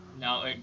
Now